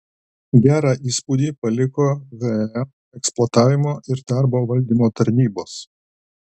gerą įspūdį paliko he eksploatavimo ir darbo valdymo tarnybos